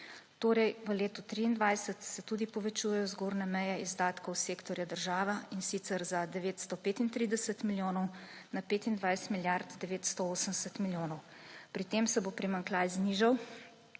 480. V letu 2023 se tudi povečujejo zgornje meje izdatkov sektorja država, in sicer za 935 milijonov, na 25 milijard 980 milijonov. Pri tem se bo primanjkljaj znižal